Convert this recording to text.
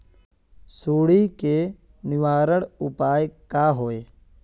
सुंडी के निवारण उपाय का होए?